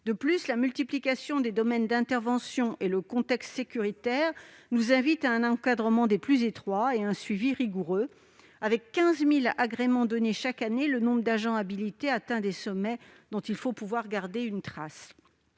De plus, la multiplication des domaines d'intervention et le contexte sécuritaire nous invitent à mettre en place un encadrement particulièrement strict et un suivi rigoureux. Avec quinze mille agréments donnés chaque année, le nombre d'agents habilités atteint des sommets et il faut pouvoir garder leur trace.